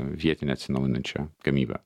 vietinę atsinaujinančią gamybą